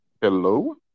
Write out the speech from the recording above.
Hello